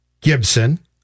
Gibson